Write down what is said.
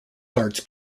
guards